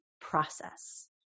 process